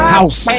House